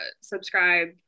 subscribe